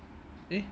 okay